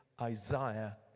Isaiah